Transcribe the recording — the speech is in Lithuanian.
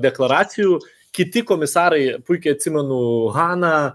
deklaracijų kiti komisarai puikiai atsimenu haną